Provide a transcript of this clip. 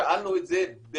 שאלנו את זה,